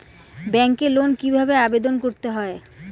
ব্যাংকে লোন কিভাবে আবেদন করতে হয়?